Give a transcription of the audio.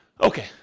okay